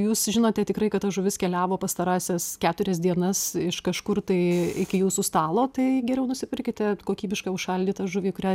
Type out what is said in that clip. jūs žinote tikrai kad ta žuvis keliavo pastarąsias keturias dienas iš kažkur tai iki jūsų stalo tai geriau nusipirkite kokybišką užšaldytą žuvį kurią